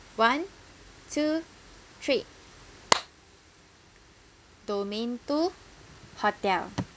one two three domain two hotel